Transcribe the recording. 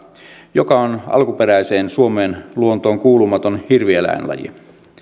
joka on alkuperäiseen suomen luontoon kuulumaton hirvieläinlaji